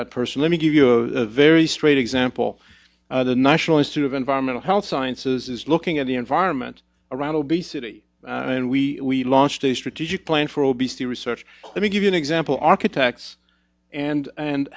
that person let me give you a very straight example the national institute of environmental health sciences is looking at the environment around obesity and we launched a strategic plan for obesity research let me give you an example architects and and